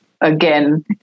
again